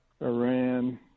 Iran